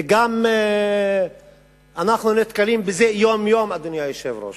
וגם אנחנו נתקלים בזה יום-יום, אדוני היושב-ראש,